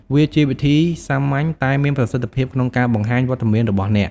វាជាវិធីសាមញ្ញតែមានប្រសិទ្ធភាពក្នុងការបង្ហាញវត្តមានរបស់អ្នក។